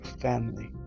family